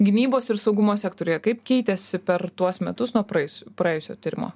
gynybos ir saugumo sektoriuje kaip keitėsi per tuos metus nuo praėjusių praėjusio tyrimo